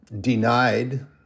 denied